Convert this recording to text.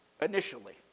initially